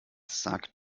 sagt